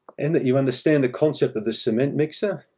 and, that you understand the concept of the cement mixer.